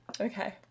okay